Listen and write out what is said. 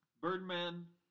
Birdman